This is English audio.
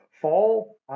fall